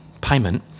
payment